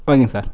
ஓகேங்க சார்